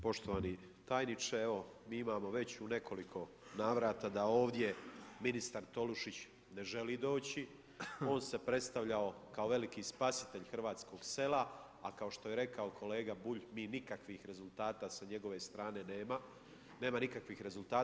Poštovani tajniče, evo mi imamo već u nekoliko navrata da ovdje ministar Tolušić ne želi doći, on se predstavljao kao veliki spasitelj hrvatskog sela a kao što je rekao kolega Bulj, mi nikakvih rezultata sa njegove strane nemamo, nema nikakvih rezultata.